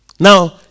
Now